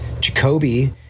Jacoby